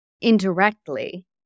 indirectly